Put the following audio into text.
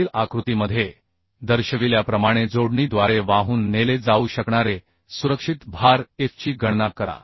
खालील आकृतीमध्ये दर्शविल्याप्रमाणे जोडणीद्वारे वाहून नेले जाऊ शकणारे सुरक्षित भार Fची गणना करा